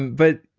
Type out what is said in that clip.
but,